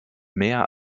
mehr